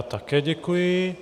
Také děkuji.